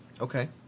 Okay